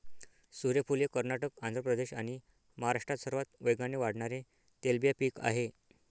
सूर्यफूल हे कर्नाटक, आंध्र प्रदेश आणि महाराष्ट्रात सर्वात वेगाने वाढणारे तेलबिया पीक आहे